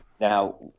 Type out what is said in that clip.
Now